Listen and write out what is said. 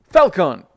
Falcon